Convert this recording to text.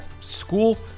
School